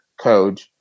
code